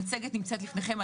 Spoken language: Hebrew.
המצגת לפניכם.